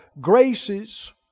Graces